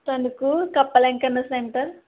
Tanuku Kappala Venkanna centre